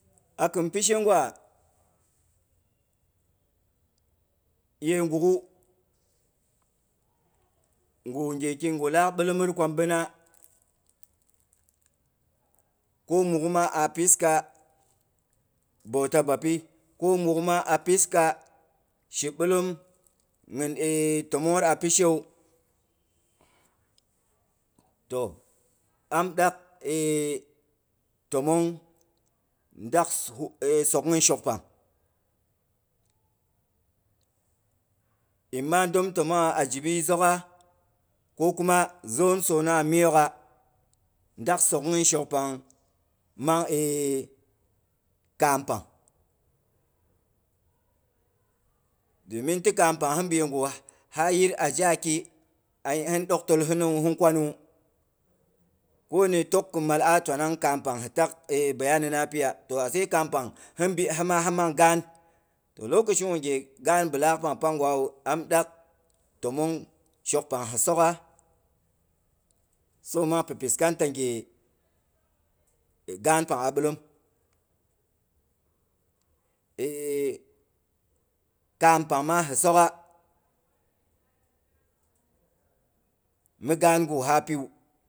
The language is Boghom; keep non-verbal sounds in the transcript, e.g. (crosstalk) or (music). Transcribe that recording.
A khin pishe gwa yei gughwu, ngwu ngheki bilak bəlom met ko ɓinna, ko mughimma a piska bota bapi, ko mughima a piska shibəlom nyim e tomongyit a pishewu, toh, am dak (hesitation) tomong ndak hiu (hesitation) shok pang. In ma domtomongha a jibyi zogha, ko kuma zhon sonongha miyoogha ndak soghnyi shokpang mang (hesitation) kaam pang. Domin ti kaam pang hinbi yegu ha yir ajiyaki ai ye hun doktil hina wu, hin kwanu wu. ko ni hi tok khin mal a twaanang kaam pang hi tak e bayani na. piya. To atse kam pang hinbi himla hin nang gaan. Toh lokashigwu nghe gaan bilaakg pang, pangwa wu am dak tomong shok pang hi sogha, sabo mang pi fiskanta ghe gaan pang a bilom (hesitation) kaam pang ma hi sogha mi gaan gu ha piwu